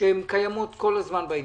שקיימות כל הזמן בעניין: